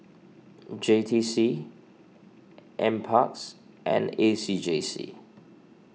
J T C N Parks and A C J C